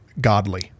godly